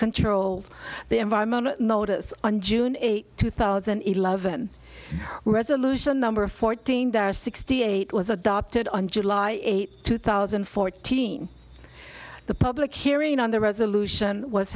control the environment notice on june eighth two thousand and eleven resolution number fourteen there are sixty eight was adopted on july eighth two thousand and fourteen the public hearing on the resolution was